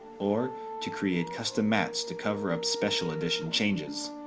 or to create custom mattes to cover up special edition changes.